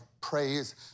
praise